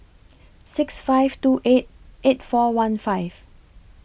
six five two eight eight four one five